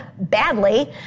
badly